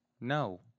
No